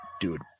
Dude